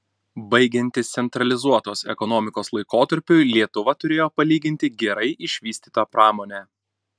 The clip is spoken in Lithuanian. baigiantis centralizuotos ekonomikos laikotarpiui lietuva turėjo palyginti gerai išvystytą pramonę